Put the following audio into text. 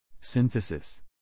Synthesis